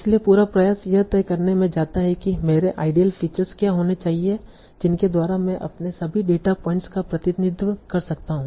इसलिए पूरा प्रयास यह तय करने में जाता है कि मेरे आइडियल फीचर्स क्या होने चाहिए जिनके द्वारा मैं अपने सभी डेटा पॉइंट्स का प्रतिनिधित्व कर सकता हूं